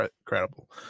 Incredible